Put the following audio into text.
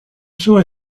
saut